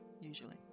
usually